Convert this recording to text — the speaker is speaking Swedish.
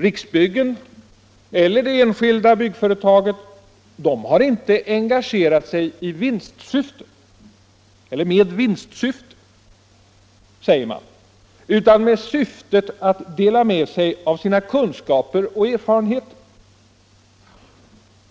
Riksbyggen eller det enskilda byggföretaget har inte engagerat sig med vinstsyfte utan med syftet att dela med sig av sina kunskaper och erfarenheter.